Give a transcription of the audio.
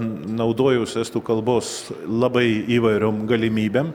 naudojausi estų kalbos labai įvairiom galimybėm